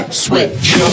switch